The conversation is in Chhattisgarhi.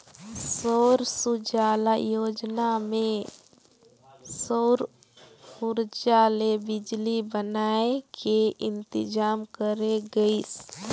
सौर सूजला योजना मे सउर उरजा ले बिजली बनाए के इंतजाम करे गइस